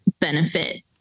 benefit